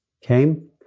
came